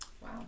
Wow